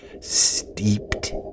steeped